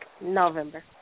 November